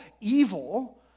evil